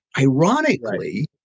Ironically